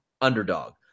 underdog